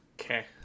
Okay